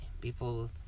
People